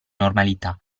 normalità